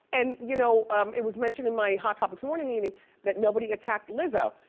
and you know um it was mentioned in my hot topics morning meeting that nobody attacked lizzo.